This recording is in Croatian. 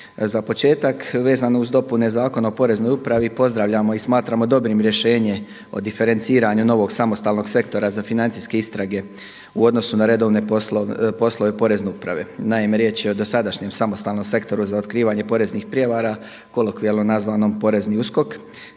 Za početak vezano uz dopune Zakona o Poreznoj upravi pozdravljamo i smatramo dobrim rješenje o diferenciranju novog samostalnog sektora za financijske istrage u odnosu na redovne poslove Porezne uprave. Naime, riječ je o dosadašnjem Samostalnom sektoru za otkrivanje poreznih prijevara, kolokvijalno nazvanom Porezni USKOK